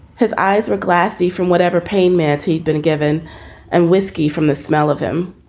his eyes were glassy. from whatever pain meant. he'd been given and whiskey from the smell of him.